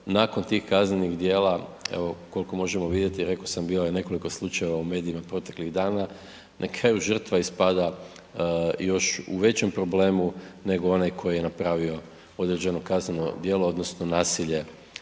nakon tih kaznenih djela, evo kolko možemo vidjeti, reko sam bilo je nekoliko slučajeva u medijima proteklih dana, na kraju žrtva ispada još u većem problemu nego onaj koji je napravio određeno kazneno djelo odnosno nasilje,